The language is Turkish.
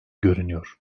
görünüyor